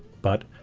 but,